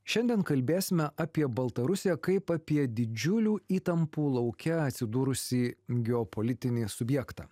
šiandien kalbėsime apie baltarusiją kaip apie didžiulių įtampų lauke atsidūrusį geopolitinį subjektą